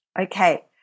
Okay